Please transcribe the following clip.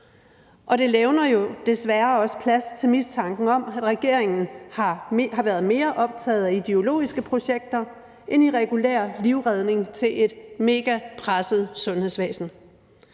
og det levner jo desværre også plads til mistanken om, at regeringen har været mere optaget af ideologiske projekter end af regulær livredning til et megapresset sundhedsvæsen.